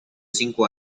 cinco